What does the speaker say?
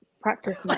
practice